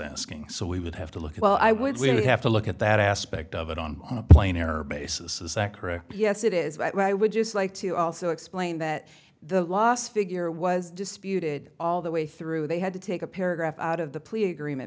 asking so we would have to look at all i would we have to look at that aspect of it on a plane or basis is that correct yes it is what i would use like to also explain that the last figure was disputed all the way through they had to take a paragraph out of the plea agreement